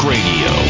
Radio